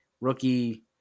rookie